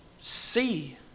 see